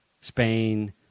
Spain